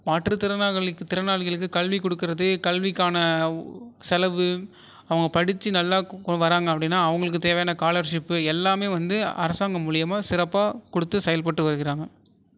மாற்று திறனாளிகளுக்கு திறனாளிகளுக்கு கல்வி கொடுக்குறதே கல்விக்கான செலவு அவங்க படிச்சு நல்லா வராங்க அப்படினா அவங்களுக்கு தேவையான காலர்ஷிப்பு எல்லாமே வந்து அரசாங்கம் மூலயமா சிறப்பாக கொடுத்து செயல்பட்டு வருகிறாங்க